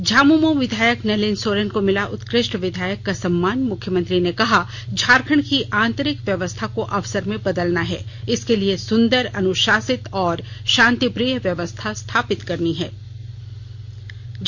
झामुमो विधायक नलिन सोरेन को मिला उत्कृष्ट विधायक का सम्मान मुख्यमंत्री ने कहा झारखण्ड की आंतरिक व्यवस्था को अवसर में बेदलना है इसके लिए सुंदर अनुशासित और शांतिप्रिय व्यवस्था स्थापित करनी होगी